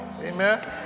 Amen